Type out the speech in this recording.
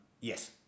Yes